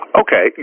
Okay